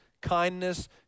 kindness